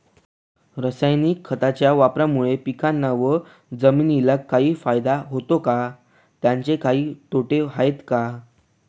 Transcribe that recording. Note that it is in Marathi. रासायनिक खताच्या वापरामुळे पिकांना व जमिनीला काही फायदा होतो का? त्याचे काही तोटे आहेत का?